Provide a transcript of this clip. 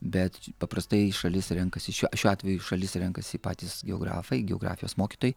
bet paprastai šalis renkasi šiuo šiuo atveju šalis renkasi patys geografai geografijos mokytojai